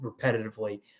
repetitively